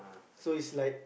so it's like